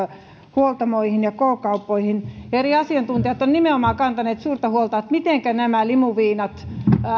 huoltamoihin ja k kauppoihin eri asiantuntijat ovat nimenomaan kantaneet suurta huolta siitä mitenkä nämä limuviinat